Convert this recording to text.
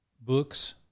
books